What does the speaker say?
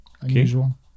unusual